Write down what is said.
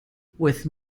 with